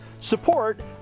support